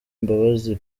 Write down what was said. imbabazi